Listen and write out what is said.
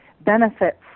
benefits